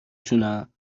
تونم